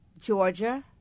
Georgia